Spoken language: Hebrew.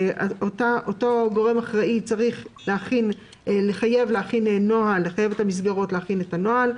הגורם האחראי צריך לחייב את המסגרות להכין נוהל.